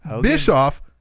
Bischoff